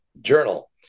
Journal